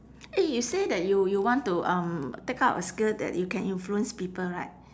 eh you say that you you want to um take up a skill that you can influence people right